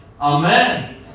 Amen